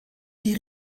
die